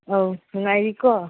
ꯑꯧ ꯅꯨꯡꯉꯥꯏꯔꯤꯀꯣ